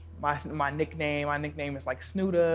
my my nickname. my nickname is like snoota,